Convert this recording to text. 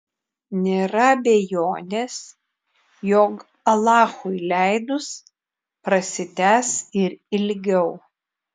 nėra abejonės jog alachui leidus prasitęs ir ilgiau